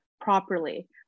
properly